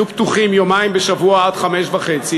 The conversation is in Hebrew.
יהיו פתוחים יומיים בשבוע עד 17:30?